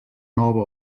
nova